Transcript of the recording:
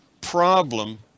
problem